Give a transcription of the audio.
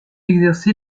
exercé